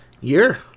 year